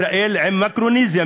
ישראל עם מיקרונזיה.